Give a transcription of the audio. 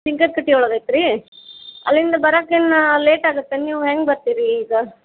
ಬಿಂಕದ ಕಟ್ಟೆ ಒಳಗೆ ಐತ್ರಿ ಅಲ್ಲಿಂದ ಬರಕ್ಕೆ ಇನ್ನೂ ಲೇಟ್ ಆಗತ್ತೇನು ನೀವು ಹೆಂಗೆ ಬರ್ತೀರಿ ಈಗ